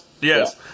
yes